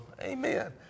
Amen